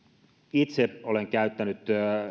itse olen käyttänyt